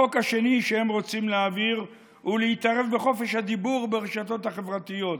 החוק השני שהם רוצים להעביר הוא להתערב בחופש הדיבור ברשתות החברתיות.